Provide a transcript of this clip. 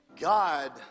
God